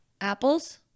apples